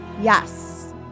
Yes